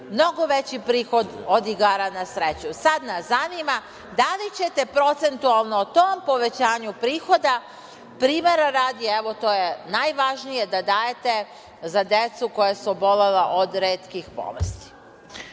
mnogo veći prihod od igara na sreću. Sad nas zanima, da li ćete procentualno tom povećanju prihoda, primera radi, evo, to je najvažnije, da dajete za decu koja su obolela od retkih bolesti.